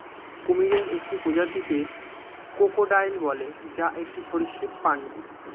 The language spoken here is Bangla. কুমিরের একটি প্রজাতিকে ক্রোকোডাইল বলে, যা একটি সরীসৃপ প্রাণী